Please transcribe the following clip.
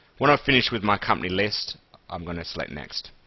when i've finished with my company list i'm going to select next.